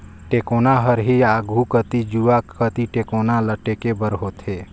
टेकोना हर ही आघु कती जुवा कती टेकोना ल टेके बर होथे